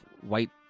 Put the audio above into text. white